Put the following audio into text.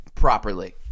Properly